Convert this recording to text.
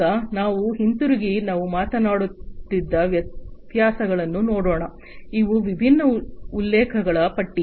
ಈಗ ನಾವು ಹಿಂತಿರುಗಿ ನಾವು ಮಾತನಾಡುತ್ತಿದ್ದ ವ್ಯತ್ಯಾಸಗಳನ್ನು ನೋಡೋಣ ಇವು ವಿಭಿನ್ನ ಉಲ್ಲೇಖಗಳ ಪಟ್ಟಿ